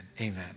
amen